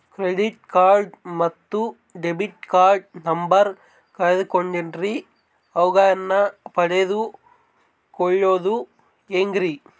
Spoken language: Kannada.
ಕ್ರೆಡಿಟ್ ಕಾರ್ಡ್ ಮತ್ತು ಡೆಬಿಟ್ ಕಾರ್ಡ್ ನಂಬರ್ ಕಳೆದುಕೊಂಡಿನ್ರಿ ಅವುಗಳನ್ನ ಪಡೆದು ಕೊಳ್ಳೋದು ಹೇಗ್ರಿ?